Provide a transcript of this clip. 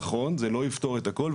נכון, זה לא יפתור את הכל.